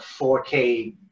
4k